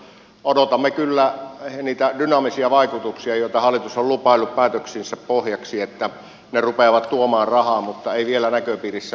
odotamme kyllä niitä dynaamisia vaikutuksia joita hallitus on lupaillut päätöksiensä pohjaksi että ne rupeavat tuomaan rahaa mutta ei vielä näköpiirissä ole